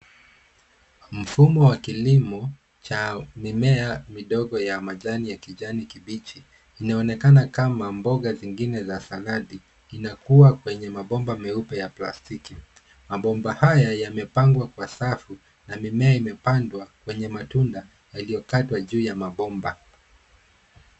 Mfumo wa kilimo cha mimea midogo ya majani ya kijani kibichi inaonekana kama mboga zingine za saladi. Inakua kwenye mabomba meupe ya plastiki. Mabomba haya yamepangwa kwa safu na mimea imepandwa kwenye matunda iliyokatwa juu ya mabomba.